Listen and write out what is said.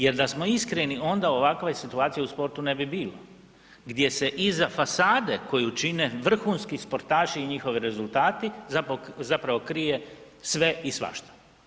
Jer da smo iskreni onda ovakve situacije u sportu ne bi bilo, gdje se iza fasade koju čine vrhunski sportaši i njihovi rezultati zapravo krije sve i svašta.